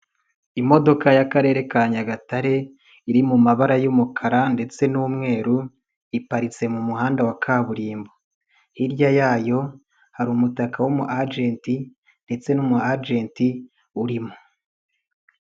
Imodoka y'Akarere ka Nyagatare iri mu mabara y'umukara ndetse n'umweru iparitse mu muhanda wa kaburimbo, hirya yayo hari umutaka w'umu ajenti ndetse n'umu ajenti urimo.